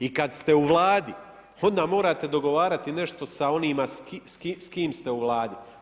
I kada ste u Vladi, onda morate dogovoriti nešto s onima s kim ste u Vladi.